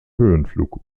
höhenflug